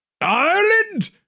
Ireland